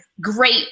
great